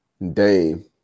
Dame